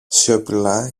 σιωπηλά